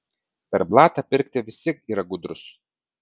per blatą pirkti visi yra gudrūs